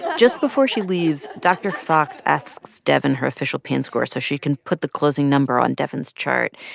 just before she leaves, dr. fox asks devyn her official pain score so she can put the closing number on devyn's chart.